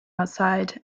outside